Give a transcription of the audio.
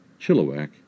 Chilliwack